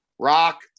Rock